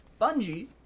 Bungie